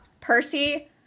Percy